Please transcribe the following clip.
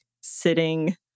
sitting